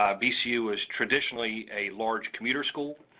um vcu was traditionally a large commuter school,